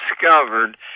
discovered